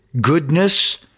goodness